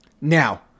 Now